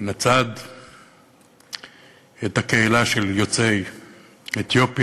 מן הצד, את הקהילה של יוצאי אתיופיה,